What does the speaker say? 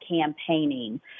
campaigning